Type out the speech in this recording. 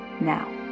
now